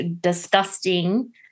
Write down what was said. disgusting